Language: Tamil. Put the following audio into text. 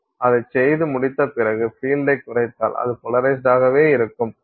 அதை செய்து முடித்த பிறகு பீல்டை குறைத்தால் அது போலரைஸ்டாகவே இருக்கும்